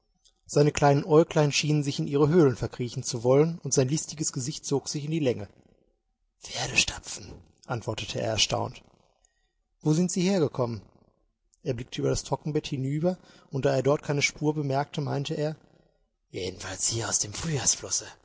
seine kleinen aeuglein schienen sich in ihre höhlen verkriechen zu wollen und sein listiges gesicht zog sich in die länge pferdestapfen antwortete er erstaunt wo sind sie hergekommen er blickte über das trockenbett hinüber und da er dort keine spur bemerkte meinte er jedenfalls hier aus dem